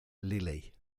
lilly